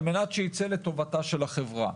על מנת שייצא לטובתה של החברה.